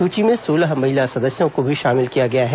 सूची में सोलह महिला सदस्यों को भी शामिल किया गया है